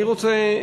אני רוצה,